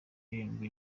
irindwi